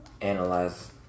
analyze